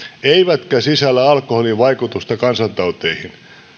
eivätkä sisällä alkoholin vaikutusta kansantauteihin